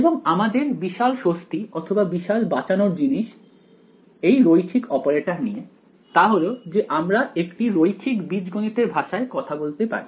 এবং আমাদের বিশাল স্বস্তি অথবা বিশাল বাঁচানোর জিনিস এই রৈখিক অপারেটর নিয়ে তা হল যে আমরা একটি রৈখিক বীজগণিত এর ভাষায় কথা বলতে পারি